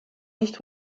nicht